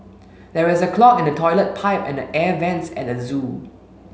there is a clog in the toilet pipe and the air vents at the zoo